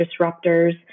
disruptors